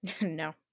No